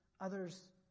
others